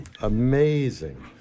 Amazing